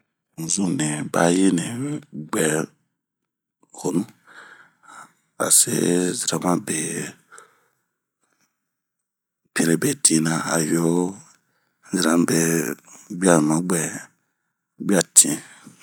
n'zuni mayi ni bwɛ honu, ase zeremɛ bee pinrebetinna ayo ..zeremabebwaɲu mabwɛ bwayatin.